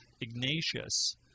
Ignatius